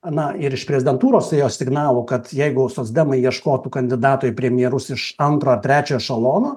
an ir iš prezidentūros ir jos signalų kad jeigu socdemai ieškotų kandidatų į premjerus iš antro ar trečio ešelono